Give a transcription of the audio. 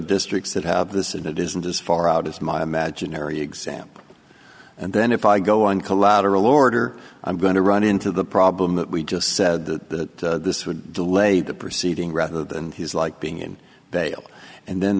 districts that have this and it isn't as far out as my imaginary example and then if i go on collateral order i'm going to run into the problem that we just said that this would delay the proceeding rather than his like being in bail and then